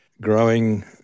growing